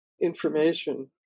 information